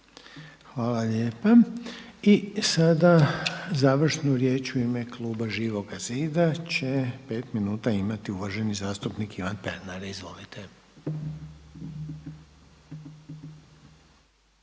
Hvala lijepa. I sada završnu riječ u ime kluba Živoga zida će pet minuta imati uvaženi zastupnik Ivan Pernar. Izvolite.